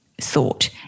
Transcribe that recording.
thought